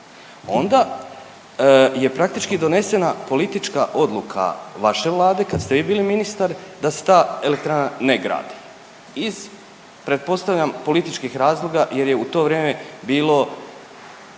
Onda je praktički donesena politička odluka vaše vlade kad ste vi bili ministar da se ta elektrana ne gradi iz pretpostavljam političkih razloga jer je u to vrijeme bilo